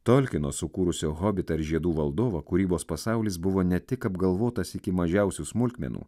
tolkino sukūrusio hobitą ir žiedų valdovą kūrybos pasaulis buvo ne tik apgalvotas iki mažiausių smulkmenų